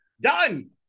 Done